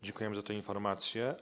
Dziękujemy za te informacje.